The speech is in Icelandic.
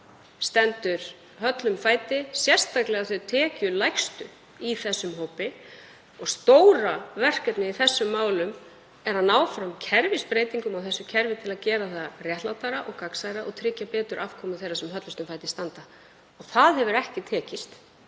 stendur höllum fæti, sérstaklega þau tekjulægstu í þeim hópi. Stóra verkefnið í þeim málum er að ná fram kerfisbreytingum á þessu kerfi til að gera það réttlátara og gagnsærra og tryggja betur afkomu þeirra sem höllustum fæti standa. Það hefur ekki tekist